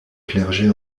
clergé